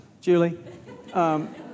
Julie